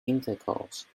intercourse